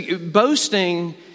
boasting